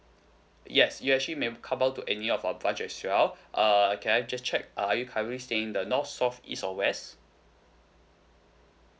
yes you actually may come up to any of our branch as well uh can I just check uh are you currently staying in the north south east or west